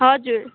हजुर